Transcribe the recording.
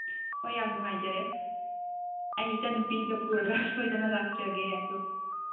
ꯍꯣꯏ ꯌꯥꯝ ꯅꯨꯡꯉꯥꯏꯖꯔꯦ ꯑꯩ ꯏꯆꯟꯅꯨꯄꯤꯒ ꯄꯨꯔꯒ ꯁꯣꯏꯗꯅ ꯂꯥꯛꯆꯒꯦ ꯑꯗꯨ